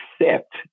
accept